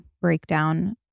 breakdown